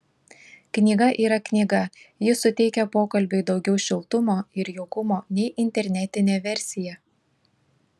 knyga yra knyga ji suteikia pokalbiui daugiau šiltumo ir jaukumo nei internetinė versija